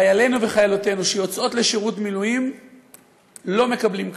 חיילינו וחיילותינו שיוצאים לשירות מילואים לא מקבלים כלום.